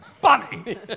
Bunny